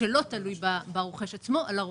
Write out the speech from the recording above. שלא תלוי ברוכש עצמו, על הרוכש.